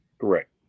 Correct